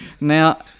Now